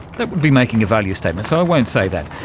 that would be making a value statement, so i won't say that.